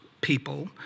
people